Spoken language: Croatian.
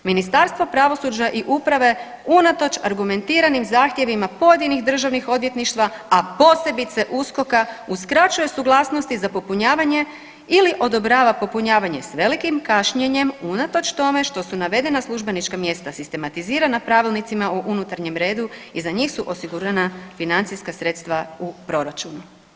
Ministarstvo pravosuđa i uprave unatoč argumentiranim zahtjevima pojedinih državnih odvjetništva, a posebice USKOK-a uskraćuje suglasnosti za popunjavanje ili odobrava popunjavanje s velikim kašnjenjem unatoč tome što su navedena službenička mjesta sistematizirana pravilnicima o unutarnjem redu i za njih su osigurana financijska sredstva u proračunu.